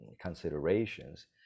considerations